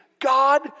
God